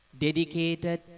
dedicated